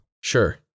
sure